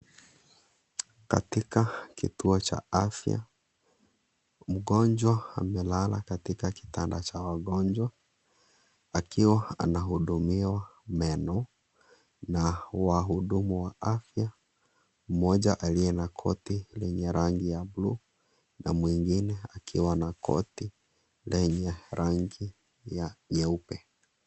Katika kituo cha afya, mgonjwa amelala katika kitanda cha wagonjwa, akiwa anahudumiwa meno na wahudumu wa afya, Mmoja aliye na koti yenye rangi ya buluu na mwingine akiwa na koti lenye rangi ya nyeupe.